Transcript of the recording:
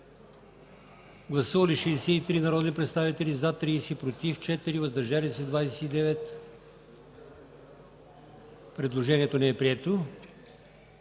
Гласували 73 народни представители: за 73, против и въздържали се няма. Предложението е прието.